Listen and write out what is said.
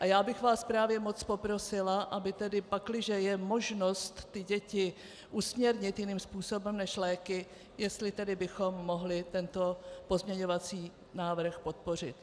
A já bych vás moc poprosila, pakliže je možnost ty děti usměrnit jiným způsobem než léky, jestli bychom mohli tento pozměňovací návrh podpořit.